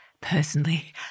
personally